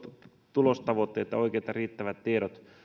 tulostavoitteet ja oikeat ja riittävät tiedot